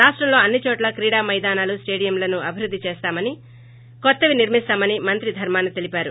రాష్టంలో అన్ని చోట్ల క్రీడా మైదానాలు స్టేడియం లను అభివృద్ధి చేస్తామని కొత్తవి సోర్మిస్తామన్ మంత్రి ధర్మాన తెలిపారు